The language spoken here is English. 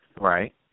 right